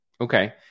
Okay